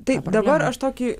tai dabar aš tokį